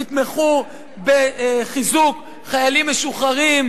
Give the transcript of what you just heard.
תתמכו בחיזוק חיילים משוחררים,